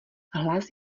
hlas